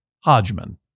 Hodgman